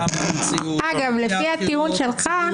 לפי הטיעון שלך,